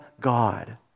God